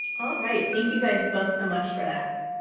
all right. thank you guys both so much for that.